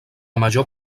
major